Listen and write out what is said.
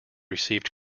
received